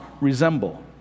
resemble